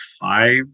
five